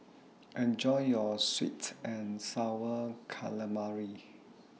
Enjoy your Sweet and Sour Calamari